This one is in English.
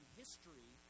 history